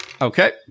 Okay